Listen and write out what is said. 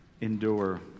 endure